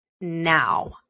now